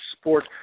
sport